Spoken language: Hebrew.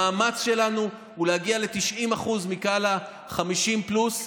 המאמץ שלנו הוא להגיע ל-90% מכלל ה-50 פלוס.